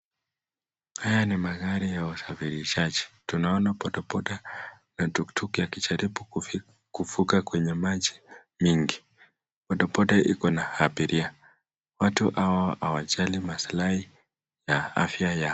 Haya ni magari ya usafirishaji tunaona boda boda na tuktuk wakijaribu kufuka kwenye maji nyingi, boda boda ikona abiria watu hawa hawajali masilai ya afya yao.